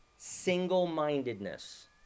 Single-mindedness